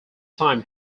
time